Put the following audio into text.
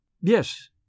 Yes